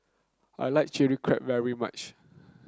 I like Chilli Crab very much